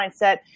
mindset